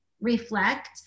reflect